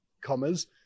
commas